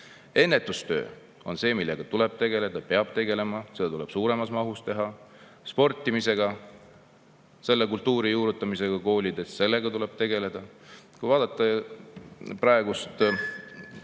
Ennetustöö on see, millega tuleb tegeleda ja peab tegelema, seda tuleb suuremas mahus teha. Sportimisega, selle kultuuri juurutamisega koolides tuleb tegeleda. Kui vaadata praegu